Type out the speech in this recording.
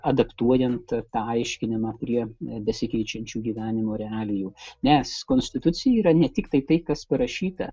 adaptuojant tą aiškinimą prie besikeičiančių gyvenimo realijų nes konstitucija yra ne tiktai tai kas parašyta